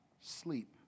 sleep